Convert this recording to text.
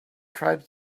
tribes